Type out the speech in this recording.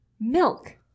Milk